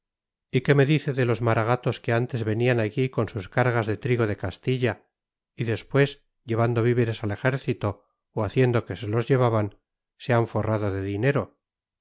y qué me dice de los maragatos que antes venían aquí con sus cargas de trigo de castilla y después llevando víveres al ejército o haciendo que los llevaban se han forrado de dinero